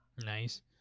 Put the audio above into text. Nice